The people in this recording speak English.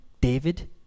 David